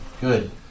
Good